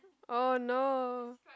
oh no